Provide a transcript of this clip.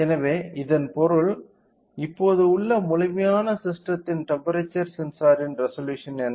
எனவே இதன் பொருள் இப்போது உள்ள முழுமையான ஸிஸ்டெத்தின் டெம்ப்பெரேச்சர் சென்சாரின் ரெசொலூஷன் என்ன